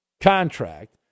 contract